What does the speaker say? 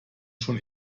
schon